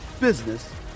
business